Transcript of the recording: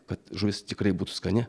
kad žuvis tikrai būtų skani